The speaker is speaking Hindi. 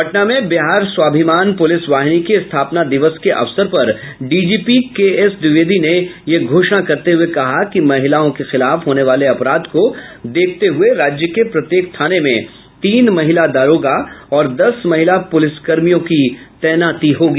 पटना में बिहार स्वाभिमान पुलिस वाहिनी के स्थापना दिवस के अवसर पर डीजीपी के एस द्विवेदी ने ये घोषणा करते हुये कहा कि महिलाओं के खिलाफ होने वाले अपराध को देखते हुये राज्य के प्रत्येक थाना में तीन महिला दारोगा और दस महिला पुलिसकर्मियों की तैनाती की जायेगी